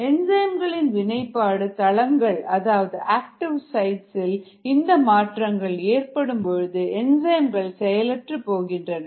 என்சைம்கள் இன் வினைபாடு தளங்கள் அதாவது ஆக்டிவ் சைட்ஸ் இல் இந்த மாற்றங்கள் ஏற்படும் பொழுது என்சைம்கள் செயலற்றுப் போகின்றன